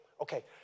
okay